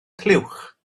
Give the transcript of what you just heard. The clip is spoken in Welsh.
clywch